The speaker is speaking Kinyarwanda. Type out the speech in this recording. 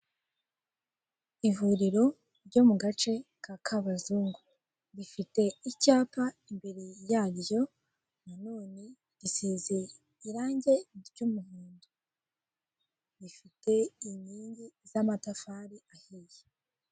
Ivuriro ryo mu gace ka Kabazungu rifite icyapa imbere yaryo na none risize irange ry'umuhondo rifite inkingi z'amatafari ahiye.